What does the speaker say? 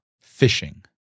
fishing